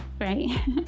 right